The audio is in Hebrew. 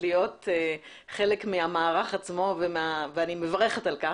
להיות חלק מהמערך עצמו ואני מברכת על כך.